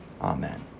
amen